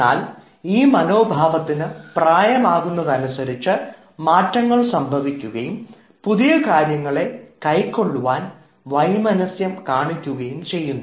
എന്നാൽ ഈ മനോഭാവത്തിന് പ്രായമാകുന്നത് അനുസരിച്ച് മാറ്റങ്ങൾ സംഭവിക്കുകയും പുതിയ കാര്യങ്ങളെ കൈക്കൊള്ളുവാൻ വൈമനസ്യം കാണിക്കുകയും ചെയ്യുന്നു